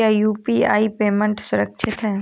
क्या UPI payment सुरक्षित है?